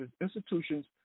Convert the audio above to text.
institutions